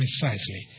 precisely